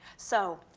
so,